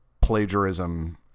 plagiarism